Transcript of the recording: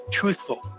truthful